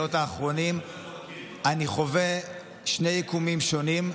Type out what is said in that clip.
הלילות האחרונים אני חווה שני יקומים שונים,